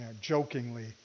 jokingly